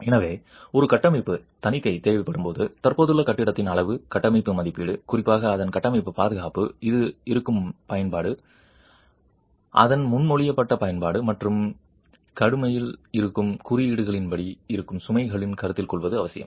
எனவே ஒரு கட்டமைப்பு தணிக்கை தேவைப்படும்போது தற்போதுள்ள கட்டிடத்தின் அளவு கட்டமைப்பு மதிப்பீடு குறிப்பாக அதன் கட்டமைப்பு பாதுகாப்பு அது இருக்கும் பயன்பாடு அதன் முன்மொழியப்பட்ட பயன்பாடு மற்றும் கடுமையில் இருக்கும் குறியீடுகளின்படி இருக்கும் சுமைகளையும் கருத்தில் கொள்வது அவசியம்